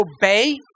obey